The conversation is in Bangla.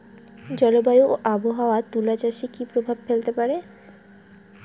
জলবায়ু ও আবহাওয়া তুলা চাষে কি প্রভাব ফেলতে পারে?